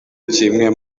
kimwe